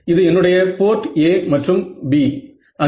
இது என்னுடைய port a மற்றும் b